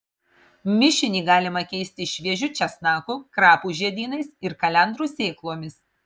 mišinį galima keisti šviežiu česnaku krapų žiedynais ir kalendrų sėklomis